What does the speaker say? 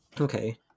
Okay